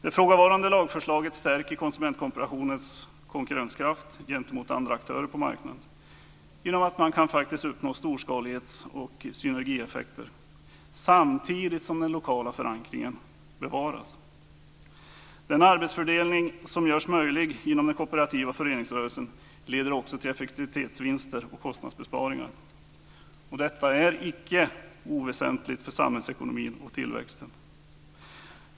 Det ifrågavarande lagförslaget stärker konsumentkooperationens konkurrenskraft gentemot andra aktörer på marknaden genom att man faktiskt kan uppnå storskalighets och synergieffekter samtidigt som den lokala förankringen bevaras. Den arbetsfördelning som görs möjlig inom den kooperativa föreningsrörelsen leder också till effektivitetsvinster och kostnadsbesparingar. Detta är inte oväsentligt för samhällsekonomin och tillväxten.